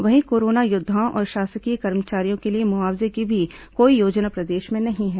वहीं कोरोना योद्वाओं और शासकीय कर्मचारियों के लिए मुआवजे की कोई योजना भी प्रदेश में नहीं है